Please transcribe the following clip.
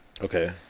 okay